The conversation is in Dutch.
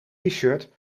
shirt